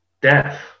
Death